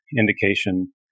indication